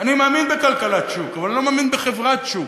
אני מאמין בכלכלת שוק, אבל לא מאמין בחברת שוק.